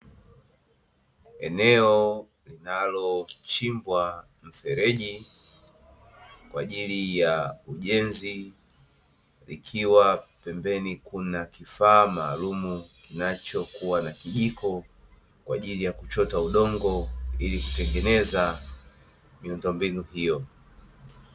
Eneo linalochimbwa mfereji kwa ajili ya ujenzi, likiwa pembeni kuna kifaa maalum kinachokuwa na kijiko kwa ajili ya kuchota udongo ili kutengeneza miundombinu hio.